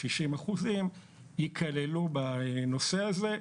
60% ייכללו בנושא הזה,